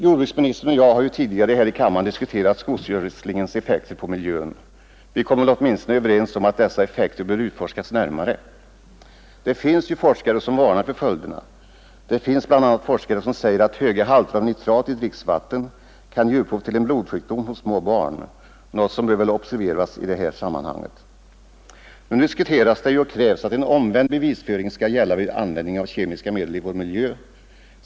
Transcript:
Jordbruksministern och jag har ju tidigare här i kammaren diskuterat skogsgödslingens effekter på miljön. Vi kom väl åtminstone överens om att dessa effekter bör utforskas närmare. Det finns ju forskare som varnar för följderna och som bl.a. säger att höga halter av nitrat i dricksvatten kan ge upphov till en blodsjukdom hos små barn, något som väl bör observeras i det här sammanhanget. Nu diskuteras ju kravet att en omvänd bevisföring skall gälla vid användning av kemiska medel i vår miljö.